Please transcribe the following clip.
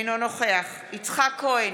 אינו נוכח יצחק כהן,